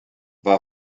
war